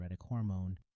hormone